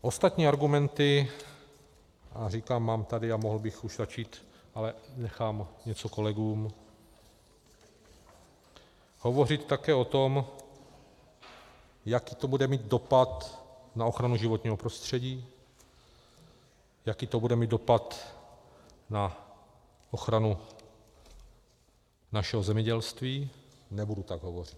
Ostatní argumenty, a říkám, mám tady a mohl bych už začít, ale nechám něco kolegům, hovořit také o tom, jaký to bude mít dopad na ochranu životního prostředí, jaký to bude mít dopad na ochranu našeho zemědělství, ale nebudu tak hovořit.